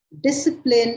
Discipline